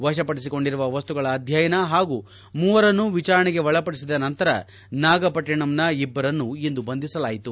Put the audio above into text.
ವಶಪಡಿಸಿಕೊಂಡಿರುವ ವಸ್ತುಗಳ ಅಧ್ಯಯನ ಹಾಗೂ ಮೂವರನ್ನು ವಿಚಾರಣೆಗೆ ಒಳಪಡಿಸಿದ ನಂತರ ನಾಗಪಟ್ಟನಂನ ಇಬ್ಬರನ್ನು ಇಂದು ಬಂಧಿಸಲಾಯಿತು